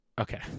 Okay